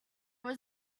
was